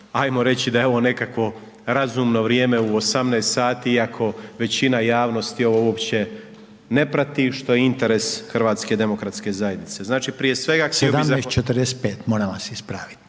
ajmo reći da je ovo nekakvo razumno vrijeme u 18 sati iako većina javnosti ovo uopće ne prati što je interes HDZ-a. Znači, prije svega …/Upadica: 17,45 moram vas ispraviti/…molim